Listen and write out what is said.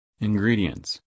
Ingredients